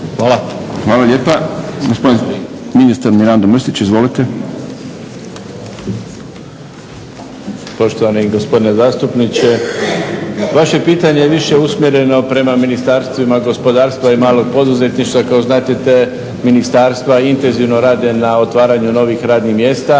(SDP)** Hvala lijepa. Gospodin ministar Mirando Mrsić. Izvolite. **Mrsić, Mirando (SDP)** Poštovani gospodine zastupniče. Vaše je pitanje više usmjereno prema Ministarstvu gospodarstva i malog poduzetništva, kao što znadete ministarstva intenzivno rade na otvaranju novih radnih mjesta